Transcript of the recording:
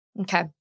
Okay